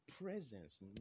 presence